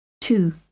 two